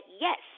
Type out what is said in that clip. yes